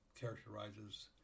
characterizes